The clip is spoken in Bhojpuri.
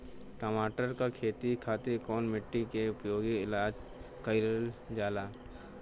टमाटर क खेती खातिर कवने मिट्टी के उपयोग कइलजाला?